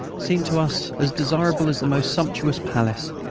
seemed to us as desirable as the most sumptuous palace.